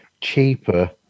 cheaper